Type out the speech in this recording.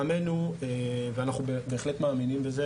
ואנחנו בהחלט מאמינים בזה.